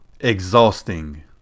exhausting